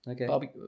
Okay